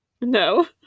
No